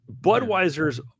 Budweiser's